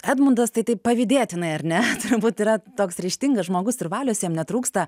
edmundas tai taip pavydėtinai ar ne turbūt yra toks ryžtingas žmogus ir valios jam netrūksta